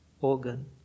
organ